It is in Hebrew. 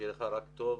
שיהיה לך רק טוב.